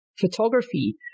Photography